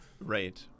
Right